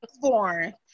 born